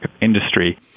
industry